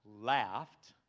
laughed